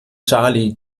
charlie